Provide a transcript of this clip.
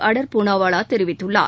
அடர் பூனாவாவாதெரிவித்துள்ளார்